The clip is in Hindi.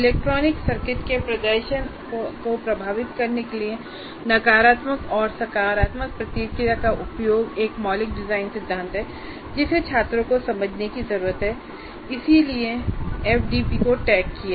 इलेक्ट्रॉनिक सर्किट के प्रदर्शन को प्रभावित करने के लिए नकारात्मक और सकारात्मक प्रतिक्रिया का उपयोग एक मौलिक डिजाइन सिद्धांत है जिसे छात्रों को समझने की जरूरत है इसलिए एफडीपी को टैग किया